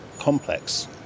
complex